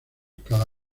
cada